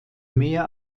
mehr